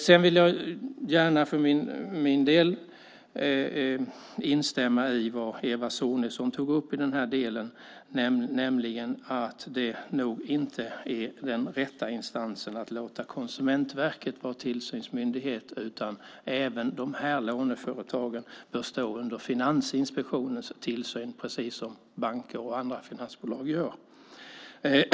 Sedan vill jag gärna för min del instämma i vad Eva Sonidsson tog upp, nämligen att det nog inte är Konsumentverket som ska vara tillsynsmyndighet, utan även de här låneföretagen bör stå under Finansinspektionens tillsyn precis som banker och andra finansbolag gör.